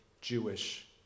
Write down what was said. Jewish